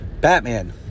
Batman